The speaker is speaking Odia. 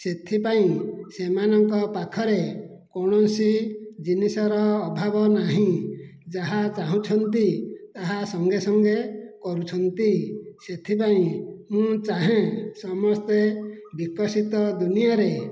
ସେଥିପାଇଁ ସେମାନଙ୍କ ପାଖରେ କୌଣସି ଜିନିଷର ଅଭାବ ନାହିଁ ଯାହା ଚାହୁଁଛନ୍ତିତାହା ସଙ୍ଗେ ସଙ୍ଗେ କରୁଛନ୍ତି ସେଥିପାଇଁ ମୁଁ ଚାହେଁ ସମସ୍ତେ ବିକଶିତ ଦୁନିଆରେ